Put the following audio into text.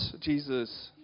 Jesus